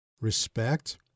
Respect